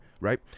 Right